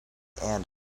and